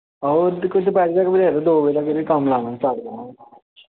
एह् दपैह्रीं तक्कर पजाई देओ कोई दौ बजे तक्कर असें कम्म लाना स्टार्ट करना ऐ